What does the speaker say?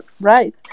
right